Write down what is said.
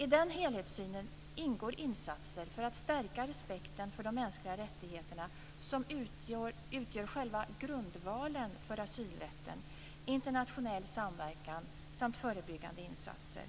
I den helhetssynen ingår insatser för att stärka respekten för de mänskliga rättigheterna som utgör själva grundvalen för asylrätten, internationell samverkan samt förebyggande insatser.